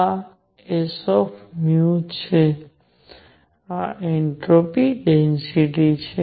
આ s છે આ એન્ટ્રોપી ડેન્સિટિ છે